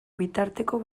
bitarteko